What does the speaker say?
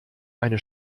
eine